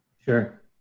Sure